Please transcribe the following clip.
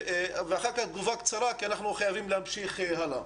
ואחר כך תגובה קצרה כי אנחנו חייבים להמשיך הלאה.